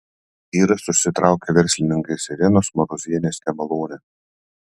vyras užsitraukė verslininkės irenos marozienės nemalonę